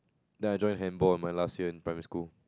then I join handball in my last year in primary school